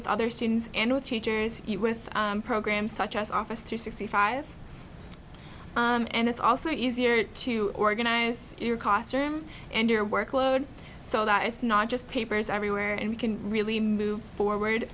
with other students and with teachers with programs such as office two sixty five and it's also easier to organize your costume and your workload so that it's not just papers everywhere and we can really move forward